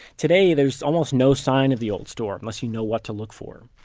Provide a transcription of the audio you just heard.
today, there's almost no sign of the old store unless you know what to look for.